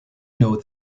know